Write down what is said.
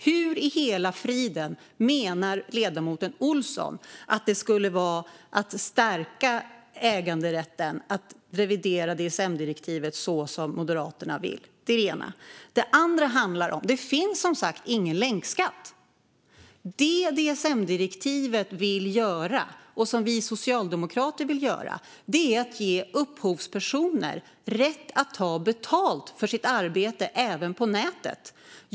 Hur i hela friden menar ledamoten Olsson att äganderätten skulle stärkas av att DSM-direktivet revideras så som Moderaterna vill? Det är det ena. Det andra är att det som sagt inte finns någon länkskatt. Det som DSM-direktivet och vi socialdemokrater vill är att upphovspersoner ska ges rätt att ta betalt för sitt arbete även på nätet.